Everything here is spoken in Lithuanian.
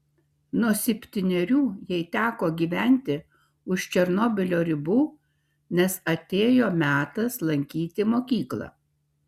nuo septynerių jai teko gyventi už černobylio ribų nes atėjo metas lankyti mokyklą